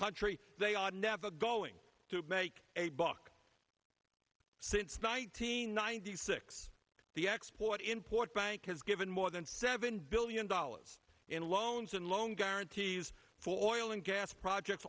country they are never going to make a buck since the one nine hundred ninety six the export import bank has given more than seven billion dollars in loans and loan guarantees for oil and gas projects